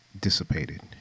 dissipated